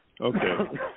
Okay